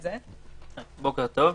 בוקר טוב,